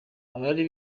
abari